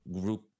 group